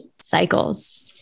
cycles